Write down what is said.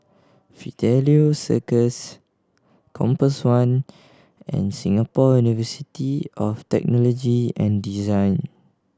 Fidelio Circus Compass One and Singapore University of Technology and Design